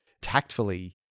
tactfully